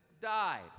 died